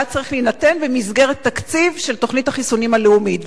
צריך להינתן במסגרת תקציב של תוכנית החיסונים הלאומית.